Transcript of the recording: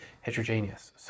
heterogeneous